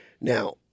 Now